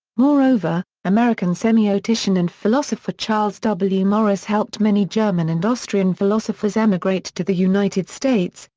moreover, american semiotician and philosopher charles w. morris helped many german and austrian philosophers emigrate to the united states,